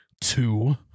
two